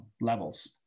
levels